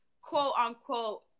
quote-unquote